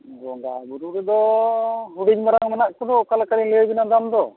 ᱵᱚᱸᱜᱟᱼᱵᱩᱨᱩ ᱨᱮᱫᱚ ᱦᱩᱰᱤᱧ ᱢᱟᱨᱟᱝ ᱢᱮᱱᱟᱜ ᱠᱚᱫᱚ ᱚᱠᱟ ᱞᱮᱠᱟᱞᱤᱧ ᱞᱟᱹᱭᱟᱵᱤᱱᱟ ᱫᱟᱢ ᱫᱚ